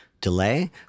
delay